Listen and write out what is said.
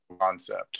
concept